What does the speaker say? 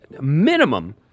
minimum